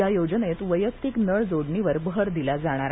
या योजनेत वैयक्तीक नळ जोडणीवर भर दिला जाणार आहे